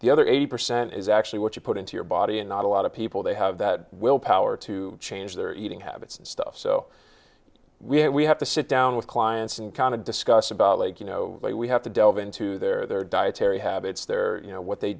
the other eighty percent is actually what you put into your body and not a lot of people they have that willpower to change their eating habits and stuff so we have to sit down with clients and kind of discuss about like you know we have to delve into their their dietary habits their you know what they